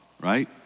right